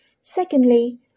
Secondly